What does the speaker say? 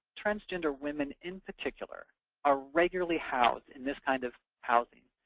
transgender women in particular are regularly housed in this kind of housing.